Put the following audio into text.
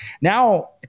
Now